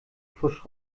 pfusch